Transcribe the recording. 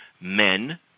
men